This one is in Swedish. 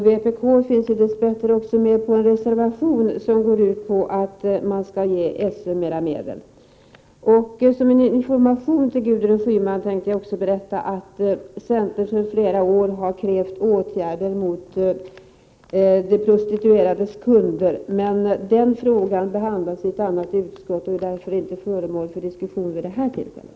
Vpk är dess bättre också med på en reservation som går ut på att man skall ge SÖ mera medel. Som en information till Gudrun Schyman vill jag även berätta att centern sedan flera år har krävt åtgärder mot de prostituerades kunder. Men den frågan behandlas i ett annat utskott och är därför inte föremål för diskussion vid det här tillfället.